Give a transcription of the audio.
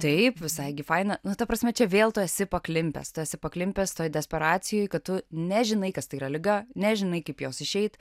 taip visai gi faina na ta prasme čia vėl tu esi paklimpęs tu esi paklimpęs toj desperacijoj kad tu nežinai kas tai yra liga nežinai kaip jos išeit